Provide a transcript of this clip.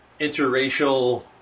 interracial